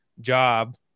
job